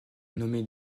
nommer